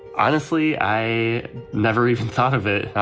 honestly, i never even thought of it.